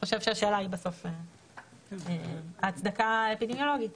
חושבים שהשאלה היא בסוף ההצדקה האפידמיולוגית.